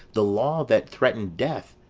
the law, that threat'ned death,